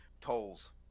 Tolls